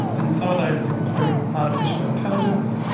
and some of those include artificial intelligence,